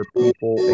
people